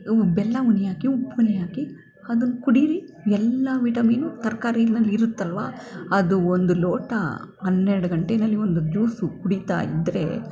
ಅವು ಬೆಲ್ಲ ಉನಿ ಹಾಕಿ ಉಪ್ಪು ಉನಿ ಹಾಕಿ ಅದನ್ನ ಕುಡೀರಿ ಎಲ್ಲ ವಿಟಮಿನು ತರ್ಕಾರಿಯಲ್ಲಿ ಇರುತ್ತಲ್ವ ಅದು ಒಂದು ಲೋಟ ಹನ್ನೆರಡು ಗಂಟಿನಲ್ಲಿ ಒಂದು ಜ್ಯೂಸು ಕುಡಿತಾಯಿದ್ರೆ